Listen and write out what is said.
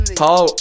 paul